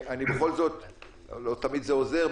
לא תמיד זה עוזר,